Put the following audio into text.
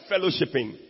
fellowshipping